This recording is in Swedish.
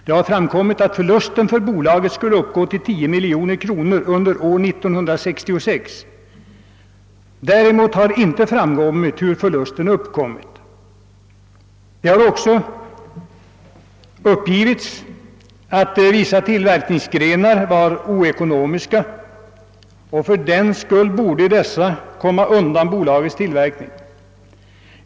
Det har framkommit att förlusten för bolaget skulle uppgå till 10 miljoner kronor under år 1966. Däremot har inte framkommit hur förlusten uppkommit. Det har också uppgivits att vissa tillverkningsgrenar var oekonomiska och fördenskull borde uppges av bolaget.